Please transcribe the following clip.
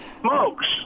smokes